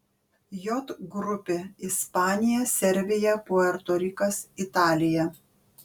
j grupė ispanija serbija puerto rikas italija